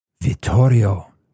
Vittorio